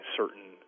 certain